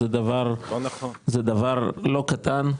זה דבר לא קטן.